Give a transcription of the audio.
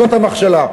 זאת המכשלה.